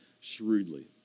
shrewdly